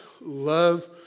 love